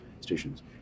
stations